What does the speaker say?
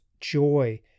joy